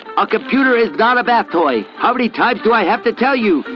a computer is not a bath toy. how many times do i have to tell you?